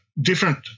different